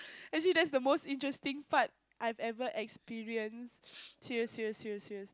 actually that's the most interesting part I've ever experienced serious serious serious serious